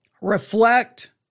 reflect